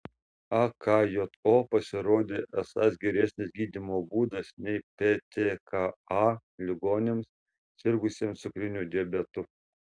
akjo pasirodė esąs geresnis gydymo būdas nei ptka ligoniams sirgusiems cukriniu diabetu